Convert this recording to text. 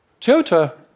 Toyota